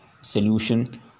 solution